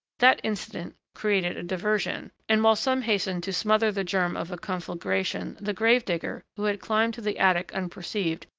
that incident created a diversion and while some hastened to smother the germ of a conflagration, the grave-digger, who had climbed to the attic unperceived,